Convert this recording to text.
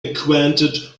acquainted